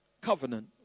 covenant